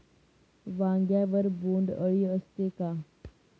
वांग्यावर बोंडअळी असते का?